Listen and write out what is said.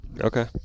Okay